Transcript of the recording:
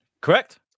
Correct